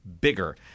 Bigger